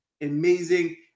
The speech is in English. amazing